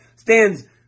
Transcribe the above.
stands